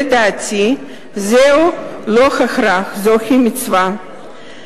לדעתי, זה לא הכרח, זוהי מצווה.